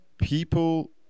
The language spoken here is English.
people